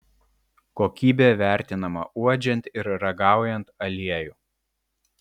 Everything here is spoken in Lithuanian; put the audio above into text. kokybė vertinama uodžiant ir ragaujant aliejų